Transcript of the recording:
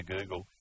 Google